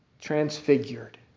transfigured